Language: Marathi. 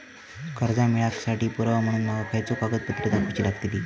कर्जा मेळाक साठी पुरावो म्हणून माका खयचो कागदपत्र दाखवुची लागतली?